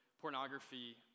pornography